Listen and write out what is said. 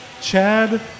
Chad